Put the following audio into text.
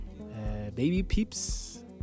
Babypeeps